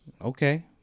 Okay